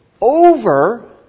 over